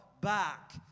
back